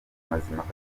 mazimpaka